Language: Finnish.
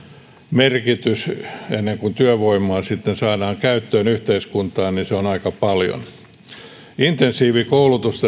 merkitys ennen kuin työvoimaa sitten saadaan käyttöön yhteiskuntaan niin se on aika paljon intensiivikoulutus